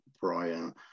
Brian